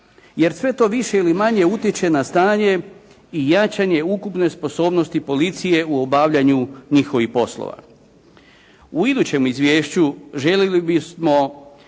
jer sve to više ili manje utječe na stanje i jačanje ukupne sposobnosti policije u obavljanju njihovih poslova. U idućem izvješću željeli bismo